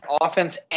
offense